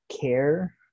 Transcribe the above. care